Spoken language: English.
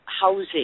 housing